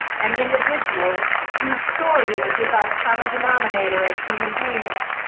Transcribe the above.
and individuals use story, which is our common denominator as human beings,